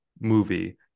movie